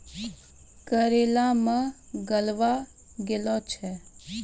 करेला मैं गलवा लागे छ?